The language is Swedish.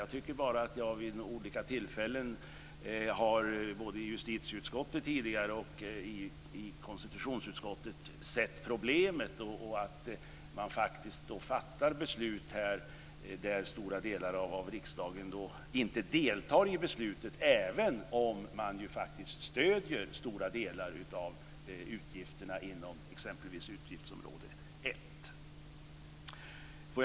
Jag tycker mig bara vid olika tillfällen både tidigare i justitieutskottet och nu i konstitutionsutskottet ha sett problem med avgöranden där stora delar av riksdagen inte deltar i beslutet, trots att man faktiskt stöder stora delar av utgifterna, exempelvis inom utgiftsområde 1.